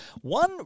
One